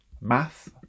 math